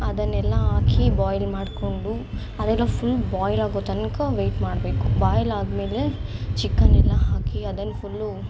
ಅದನ್ನೆಲ್ಲ ಹಾಕಿ ಬಾಯ್ಲ್ ಮಾಡಿಕೊಂಡು ಅದೆಲ್ಲ ಫುಲ್ ಬಾಯ್ಲ್ ಆಗೊತನಕ ವೆಯ್ಟ್ ಮಾಡಬೇಕು ಬಾಯ್ಲ್ ಆದಮೇಲೆ ಚಿಕ್ಕನ್ ಎಲ್ಲ ಹಾಕಿ ಅದನ್ನ ಫುಲ್ಲು